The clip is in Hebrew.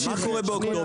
ספטמבר, מה קורה באוקטובר?